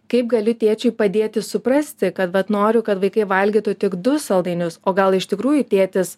kaip gali tėčiui padėti suprasti kad vat noriu kad vaikai valgytų tik du saldainius o gal iš tikrųjų tėtis